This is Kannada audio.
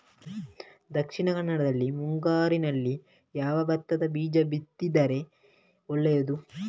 ದಕ್ಷಿಣ ಕನ್ನಡದಲ್ಲಿ ಮುಂಗಾರಿನಲ್ಲಿ ಯಾವ ಭತ್ತದ ಬೀಜ ಬಿತ್ತಿದರೆ ಒಳ್ಳೆಯದು?